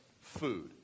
Food